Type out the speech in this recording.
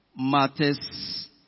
matters